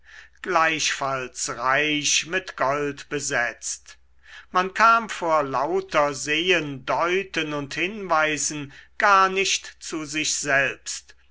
gleichfalls reich mit gold besetzt man kam vor lauter sehen deuten und hinweisen gar nicht zu sich selbst